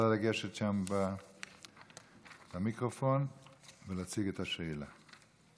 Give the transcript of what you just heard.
את יכולה לגשת שם למיקרופון ולהציג את השאילתה.